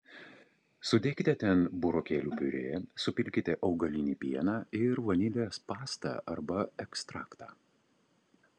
sudėkite ten burokėlių piurė supilkite augalinį pieną ir vanilės pastą arba ekstraktą